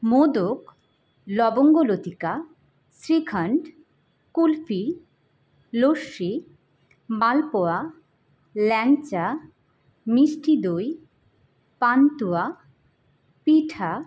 মোদক লবঙ্গ লতিকা শ্রীখণ্ড কুলফি লস্যি মালপোয়া ল্যাংচা মিষ্টি দই পান্তুয়া পিঠে